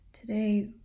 Today